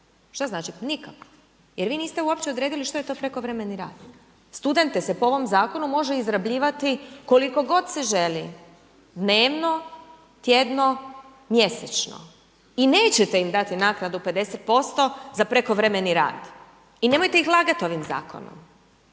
Šta znači, nikad. Jer vi niste uopće odredili što je prekovremeni rad. Studente se po ovom zakonu može izrabljivati koliko god se želi. Dnevno, tjedno, mjesečno. I nećete im dati naknadu 50% za prekovremeni rad. I nemojte ih lagati ovim zakonom.